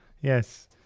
Yes